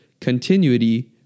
continuity